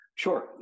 Sure